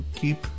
keep